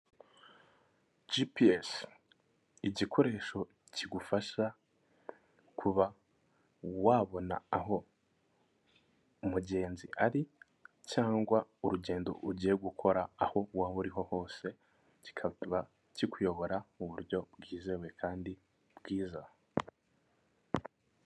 Jipiyesi igikoresho kigufasha kuba wabona aho umugenzi ari cyangwa urugendo ugiye gukora, aho waba uriho hose kikaba kikuyobora mu buryo bwizewe kandi bwiza.